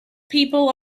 people